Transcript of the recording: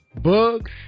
Bug